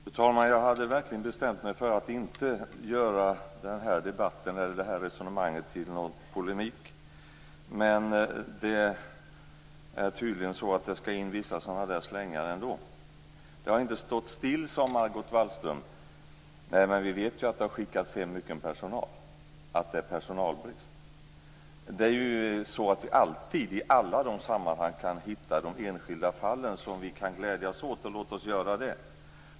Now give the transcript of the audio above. Fru talman! Jag hade verkligen bestämt mig för att inte göra den här debatten, det här resonemanget, till någon polemik. Men det är tydligen så att det skall in vissa sådana slängar ändå. Det har inte stått still, sade Margot Wallström. Nej, men vi vet ju att det har skickats hem mycket personal. Det är personalbrist. I alla sammanhang kan vi ju hitta de enskilda fallen som man kan glädjas åt, och låt oss göra det.